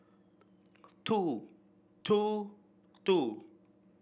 two two two